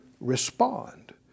respond